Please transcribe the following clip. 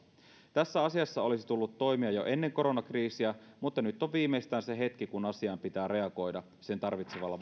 tässä asiassa olisi tullut toimia jo ennen koronakriisiä mutta nyt on viimeistään se hetki kun asiaan pitää reagoida sen tarvitsemalla